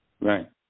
Right